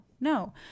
no